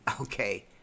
Okay